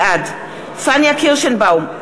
בעד פניה קירשנבאום,